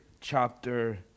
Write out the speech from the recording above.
chapter